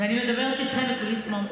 אני מדברת איתכם וכולי צמרמורת,